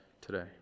today